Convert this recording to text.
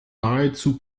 nahezu